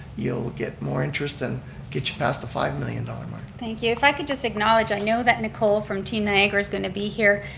you'll get more interest and get you past the five million dollar mark. thank you. if i could just acknowledge, i know that nicole from team niagara is going to be here,